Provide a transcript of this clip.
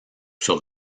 sur